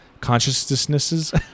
consciousnesses